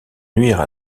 nuire